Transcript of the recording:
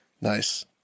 Nice